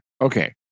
Okay